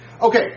okay